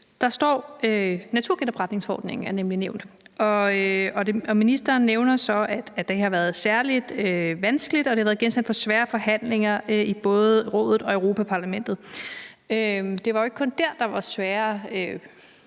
Der er naturgenopretningsforordningen nemlig nævnt. Ministeren nævner så, at det har været særlig vanskeligt, og at det har været genstand for svære forhandlinger i både Rådet og Europa-Parlamentet. Det var jo ikke kun der, der var svære forhandlinger,